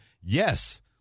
yes